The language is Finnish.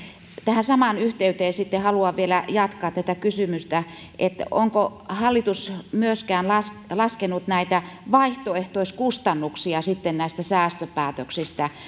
tähän samaan yhteyteen haluan vielä jatkaa tätä kysymystä että onko hallitus myöskään laskenut laskenut näitä vaihtoehtoiskustannuksia näistä säästöpäätöksistä